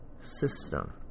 system